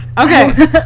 okay